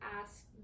ask